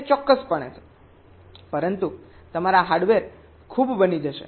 તે ચોક્કસપણે છે પરંતુ તમારા ઓવરહેડ ખૂબ બની જશે